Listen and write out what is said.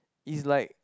it's like